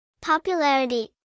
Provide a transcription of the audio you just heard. Popularity